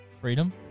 Freedom